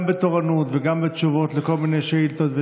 גם בתורנות וגם בתשובות על כל מיני שאילתות,